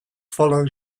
follow